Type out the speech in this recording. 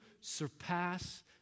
surpass